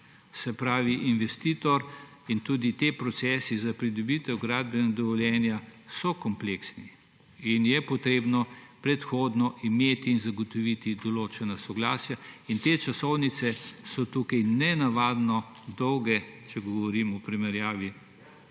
Se pravi, investitor in tudi ti procesi za pridobitev gradbenega dovoljenja so kompleksni in je potrebno predhodno imeti in zagotoviti določena soglasja in te časovnice so tukaj nenavadno dolge, če govorim v primerjavi